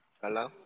Hello